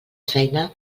feina